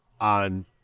on